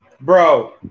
Bro